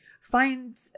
Find